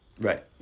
Right